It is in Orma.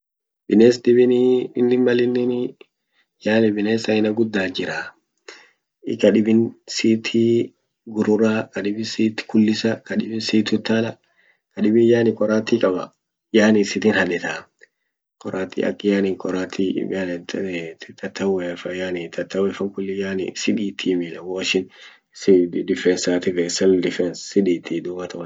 Bines dibini innin mal innini yani bines aina gudda Jira kadibin siiti gurura kadibin sit kulisa kadibin siit utaala kadibin yani qorati qaaba yani siitin hadetaa qoratii yani ak qorati